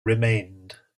remained